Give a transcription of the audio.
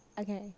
okay